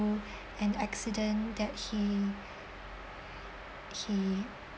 an accident that he he